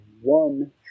one